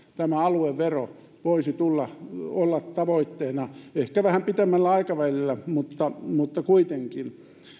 tämä aluevero voisi olla tavoitteena ehkä vähän pitemmällä aikavälillä mutta mutta kuitenkin